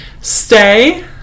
stay